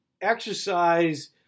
exercise